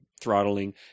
throttling